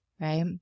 right